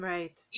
Right